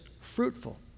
fruitful